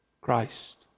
Christ